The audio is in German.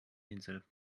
denselben